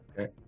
okay